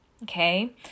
Okay